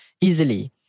easily